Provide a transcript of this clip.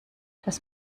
das